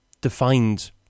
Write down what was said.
defined